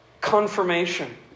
confirmation